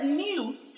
news